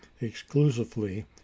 exclusively